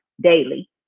daily